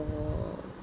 for